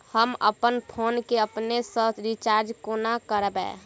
हम अप्पन फोन केँ अपने सँ रिचार्ज कोना करबै?